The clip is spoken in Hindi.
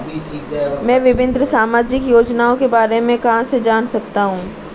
मैं विभिन्न सामाजिक योजनाओं के बारे में कहां से जान सकता हूं?